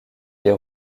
des